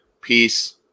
peace